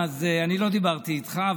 אני לא דיברתי איתך,